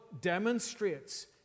demonstrates